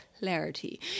Clarity